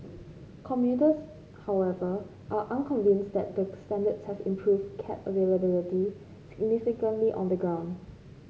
commuters however are unconvinced that the standards have improved cab availability significantly on the ground